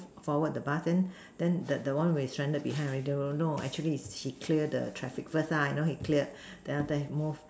forward the bus then then the one where is stranded behind already don't know actually is he clear the traffic first you know he clear then after that he move